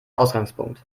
ausgangspunkt